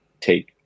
take